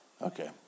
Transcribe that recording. Okay